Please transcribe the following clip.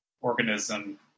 organism